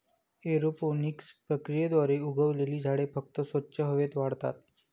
aeroponics प्रक्रियेद्वारे उगवलेली झाडे फक्त स्वच्छ हवेत वाढतात